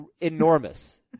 enormous